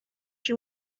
you